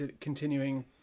continuing